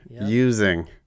using